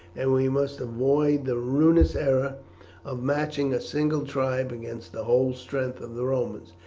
and we must avoid the ruinous error of matching a single tribe against the whole strength of the romans.